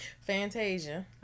Fantasia